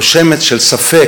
או שמץ של ספק,